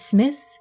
Smith